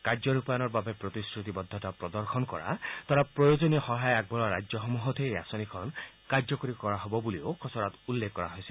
কাৰ্য ৰূপায়ণৰ বাবে প্ৰতিশ্ৰুতিবদ্ধতা প্ৰদৰ্শন কৰা তথা প্ৰয়োজনীয় সহায় আগবঢ়োৱা ৰাজ্যসমূহতহে এই আঁচনিখন কাৰ্যকৰী কৰা হব বুলিও খচৰাত উল্লেখ কৰা হৈছে